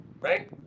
Right